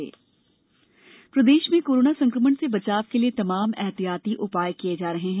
प्रदेश corona प्रदेश में corona संकमण से बचाव के लिये तमाम एहतियाती उपाय किये जा रहे हैं